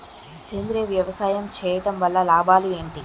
సేంద్రీయ వ్యవసాయం చేయటం వల్ల లాభాలు ఏంటి?